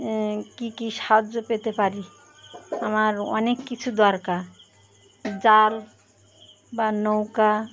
কী কী সাহায্য পেতে পারি আমার অনেক কিছু দরকার জাল বা নৌকা